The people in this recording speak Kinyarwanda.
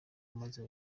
umaze